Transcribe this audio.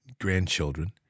grandchildren